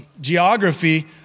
geography